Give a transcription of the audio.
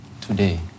today